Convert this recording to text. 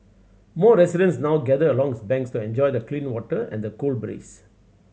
more residents now gather along its banks to enjoy the clean water and the cool breeze